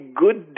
good